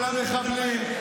את השחרור המינהלי של המחבלים.